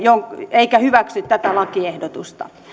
eikä hyväksy tätä lakiehdotusta